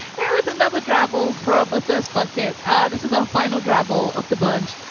here is another drabble from a first bucket this is our final drabble of the bunch.